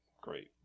great